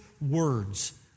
words